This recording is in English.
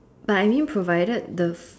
but I mean provided the